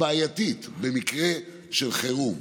בעייתי במקרה של חירום,